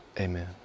Amen